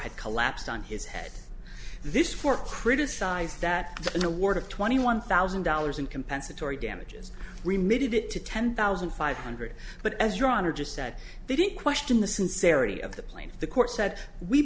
had collapsed on his head this four criticized that an award of twenty one thousand dollars in compensatory damages remitted it to ten thousand five hundred but as your honor just said they didn't question the sincerity of the plan the court said we